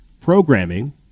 programming